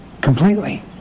Completely